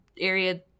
area